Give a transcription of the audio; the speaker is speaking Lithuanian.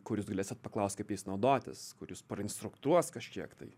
kur jūs galėsit paklaust kaip jais naudotis kur jus instruktuos kažkiek tai